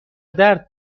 درد